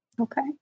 Okay